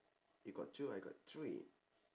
you got two I got three